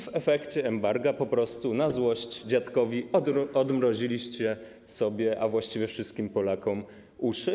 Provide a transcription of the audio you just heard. W efekcie embarga na złość dziadkowi odmroziliście sobie, a właściwie wszystkim Polakom, uszy.